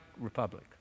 republic